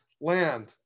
Land